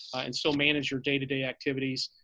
and still manage your day to day activities.